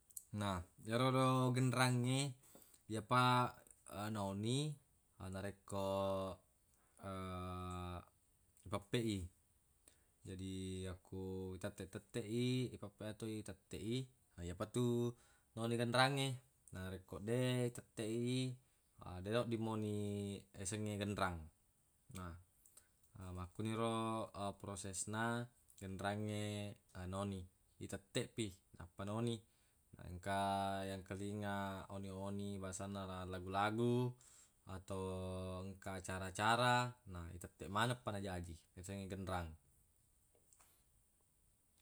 Na yero genrangnge yepa noni narekko ipeppeq i jadi yakko itetteq-tetteq i ipeppeq atau itetteq i yepatu noni genrangnge narekko deq itetteq i deq nodding moni yasengnge genrang na makkuniro perosesna genrangnge noni itetteq pi nappa noni na engka yangkalinga oni-oni bangsanna lagu-lagu atau engka acara-acara na itetteq maneng pa najaji yasengnge genrang